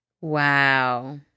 Wow